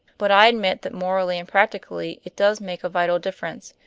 but i admit that morally and practically it does make a vital difference.